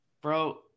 Bro